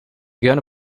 gonna